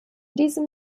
diesem